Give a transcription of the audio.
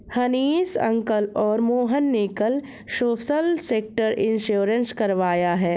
Hanish uncle और मोहन ने कल सोशल सेक्टर इंश्योरेंस करवाया है